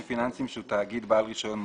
פיננסיים שהוא תאגיד בעל רישיון מורחב,